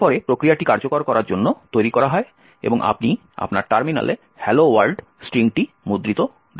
তারপরে প্রক্রিয়াটি কার্যকর করার জন্য তৈরি করা হয় এবং আপনি আপনার টার্মিনালে হ্যালো ওয়ার্ল্ড স্ট্রিংটি মুদ্রিত পাবেন